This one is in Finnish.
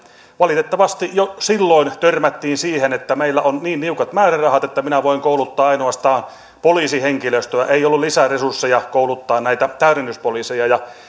valitettavasti jo silloin törmättiin siihen että meillä on niin niukat määrärahat että minä voin kouluttaa ainoastaan poliisihenkilöstöä ei ollut lisäresursseja kouluttaa näitä täydennyspoliiseja